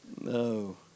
No